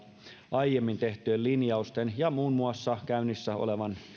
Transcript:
aiemmin tehtyjen linjausten ja muun muassa käynnissä olevan